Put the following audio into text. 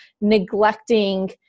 neglecting